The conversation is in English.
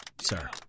sir